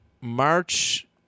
March